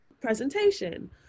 presentation